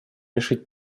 решить